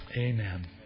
Amen